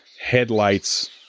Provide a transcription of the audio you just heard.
headlights